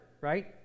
right